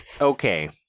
Okay